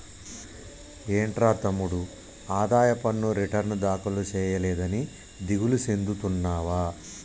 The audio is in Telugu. ఏంట్రా తమ్ముడు ఆదాయ పన్ను రిటర్న్ దాఖలు సేయలేదని దిగులు సెందుతున్నావా